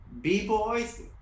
B-boys